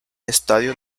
estadio